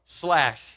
Slash